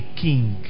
king